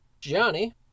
Johnny